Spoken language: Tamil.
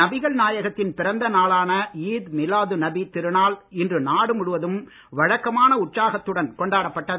நபிகள் நாயகத்தின் பிறந்தநாளான ஈத் மிலாது நபி திருநாள் இன்று நாடு முழுவதும் வழக்கமான உற்சாகத்துடன் கொண்டாடப்பட்டது